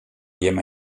jimme